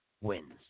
wins